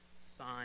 sign